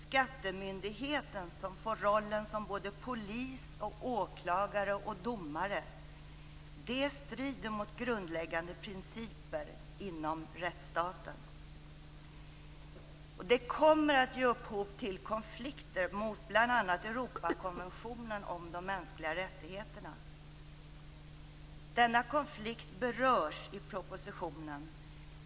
Skattemyndigheten som får rollen som både polis, åklagare och domare - det strider mot grundläggande principer inom rättsstaten. Det kommer att ge upphov till konflikter mot bl.a. Europakonventionen om de mänskliga rättigheterna. Denna konflikt berörs i propositionen.